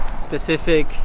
specific